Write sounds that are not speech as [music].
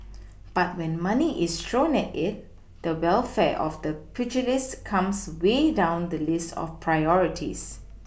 [noise] but when money is thrown at it the welfare of the pugilists comes way down the list of priorities